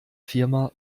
firma